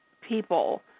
people